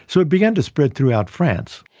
so it began to spread throughout france.